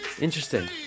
Interesting